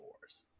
wars